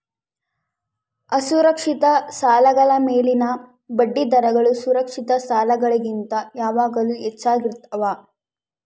ಅಸುರಕ್ಷಿತ ಸಾಲಗಳ ಮೇಲಿನ ಬಡ್ಡಿದರಗಳು ಸುರಕ್ಷಿತ ಸಾಲಗಳಿಗಿಂತ ಯಾವಾಗಲೂ ಹೆಚ್ಚಾಗಿರ್ತವ